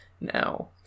now